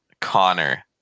connor